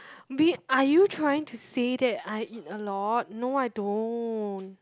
babe are you trying to say that I eat a lot no I don't